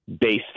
based